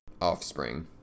*Offspring*